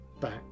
back